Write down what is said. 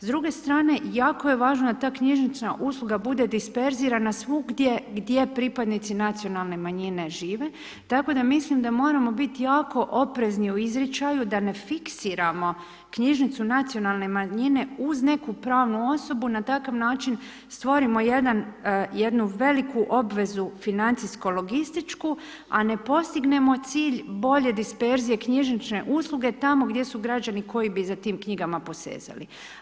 S druge strane, jako je važno da ta knjižnična usluga bude disperzirana svugdje gdje pripadnici nacionalne manjine žive, tako da mislim da moramo biti jako oprezni u izričaju, da ne fiksiramo knjižnicu nacionalne manjine uz neku pravnu osobu, na takav način stvorimo jednu veliku obvezu financijsko-logističku a ne postignemo cilj bolje disperzije knjižnične usluge tamo gdje su građani koji bi za tim knjigama posezali.